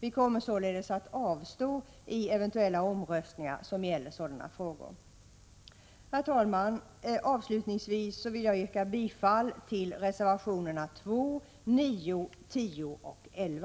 Vi kommer således att avstå i eventuella omröstningar som gäller sådana frågor. Herr talman! Avslutningsvis ber jag att få yrka bifall till reservationerna 2, 9, 10 och 11.